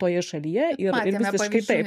toje šalyje ir visiškai taip